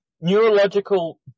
neurological